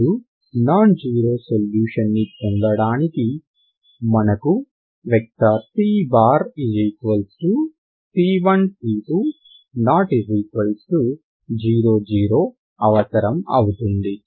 ఇప్పుడు non zero solution ని పొందడానికి మనకు వెక్టర్ c c1 c2 ≠ 0 0 అవసరం అవుతుంది